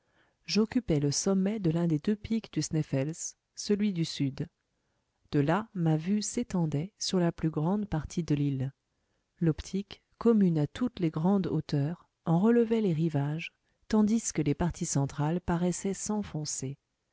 j'occupais le sommet de l'un des deux pics du sneffels celui du sud de là ma vue s'étendait sur la plus grande partie de l'île l'optique commune à toutes les grandes hauteurs en relevait les rivages tandis que les parties centrales paraissaient s'enfoncer